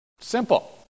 Simple